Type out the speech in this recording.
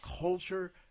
culture